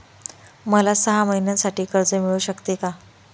मला सहा महिन्यांसाठी कर्ज मिळू शकते का?